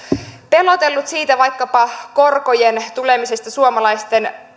pelotellut vaikkapa korkojen tulemisesta suomalaisten